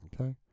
Okay